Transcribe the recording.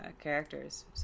characters